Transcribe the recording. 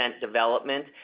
development